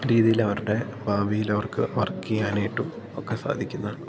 ഭാവിയിലവർക്ക് work ചെയ്യാനായിട്ടും ഒക്കെ സാധിക്കുന്നതാണ്